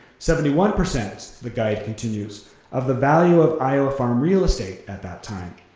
seventy one percent the guide continues of the value of iowa farm real estate at that time